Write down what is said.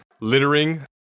littering